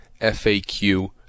FAQ